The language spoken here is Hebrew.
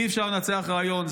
אי-אפשר לנצח רעיון".